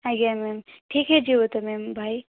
ଆଜ୍ଞା ମ୍ୟାମ୍ ଠିକ୍ ହୋଇଯିବ ତ ମ୍ୟାମ୍ ଭାଇ